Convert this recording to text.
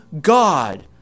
God